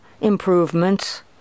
improvements